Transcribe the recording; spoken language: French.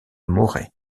morée